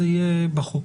זה יהיה בחוק,